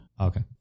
Okay